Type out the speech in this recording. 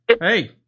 Hey